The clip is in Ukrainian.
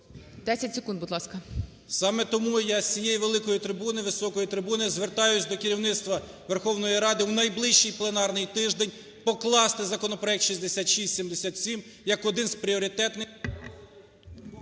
Саме тому я з цієї великої трибуни, високої трибуни звертаюся до керівництва Верховної Ради, у найближчий пленарний тиждень покласти законопроект 6677 як один з пріоритетних.